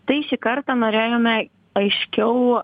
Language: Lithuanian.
tai šį kartą norėjome aiškiau